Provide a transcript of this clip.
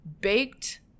Baked